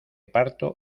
parto